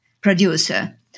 producer